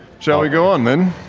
shall we go on then?